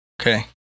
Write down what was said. Okay